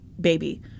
baby